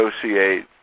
associate